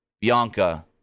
Bianca